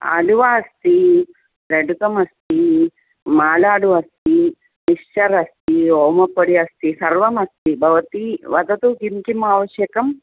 आलुवा अस्ति लड्डुकमस्ति मालाडु अस्ति मिक्चर् अस्ति ओमपडि अस्ति सर्वमस्ति भवती वदतु किं किम् आवश्यकम्